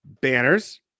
Banners